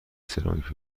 سرامیک